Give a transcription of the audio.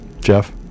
Jeff